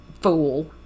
fool